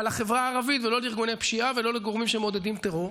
אבל לחברה הערבית ולא לארגוני פשיעה ולא לגורמים שמעודדים טרור.